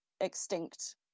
extinct